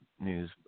News